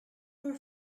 for